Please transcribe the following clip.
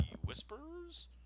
Whispers